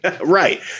Right